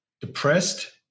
depressed